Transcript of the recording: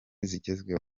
zigezweho